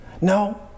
No